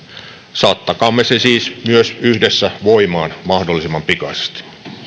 saattakaamme se siis myös yhdessä voimaan mahdollisimman pikaisesti